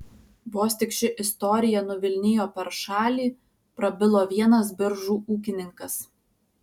vos tik ši istorija nuvilnijo per šalį prabilo vienas biržų ūkininkas